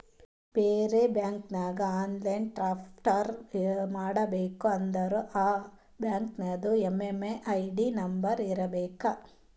ಬೇರೆ ಬ್ಯಾಂಕ್ಗ online transfer ಮಾಡಬೇಕ ಅಂದುರ್ ಆ ಬ್ಯಾಂಕ್ದು ಎಮ್.ಎಮ್.ಐ.ಡಿ ನಂಬರ್ ಇರಬೇಕ